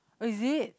is it